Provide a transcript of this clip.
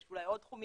יש אולי עוד תחומים